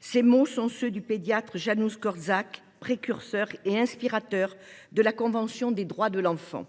Ces mots sont ceux du pédiatre Janusz Korczak, précurseur et inspirateur de la convention des droits de l’enfant.